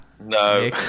No